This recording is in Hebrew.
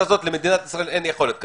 ולמדינת ישראל אין יכולת כזו.